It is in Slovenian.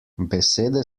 besede